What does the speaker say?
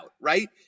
right